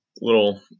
little